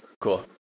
cool